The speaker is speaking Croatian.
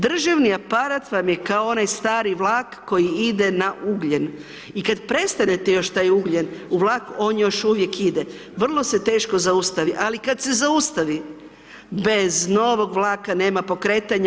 Državni aparat vam je kao onaj stari vlak koji ide na ugljen i kada prestanete još taj ugljen u vlak, on još uvijek ide, vrlo teško se zaustavi, ali kada se zaustavi, bez novog vlaka nema pokretanja.